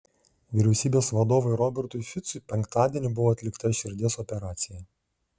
vyriausybės vadovui robertui ficui penktadienį buvo atlikta širdies operacija